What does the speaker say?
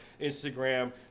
instagram